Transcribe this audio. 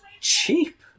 cheap